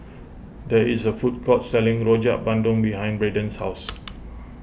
there is a food court selling Rojak Bandung behind Braden's house